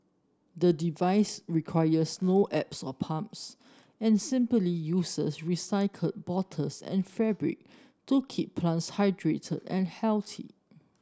the device requires no apps or pumps and simply uses recycled bottles and fabric to keep plants hydrated and healthy